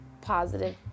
positive